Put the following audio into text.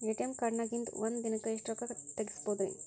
ATM ಕಾರ್ಡ್ನ್ಯಾಗಿನ್ದ್ ಒಂದ್ ದಿನಕ್ಕ್ ಎಷ್ಟ ರೊಕ್ಕಾ ತೆಗಸ್ಬೋದ್ರಿ?